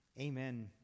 amen